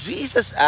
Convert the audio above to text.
Jesus